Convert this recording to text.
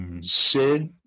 Sid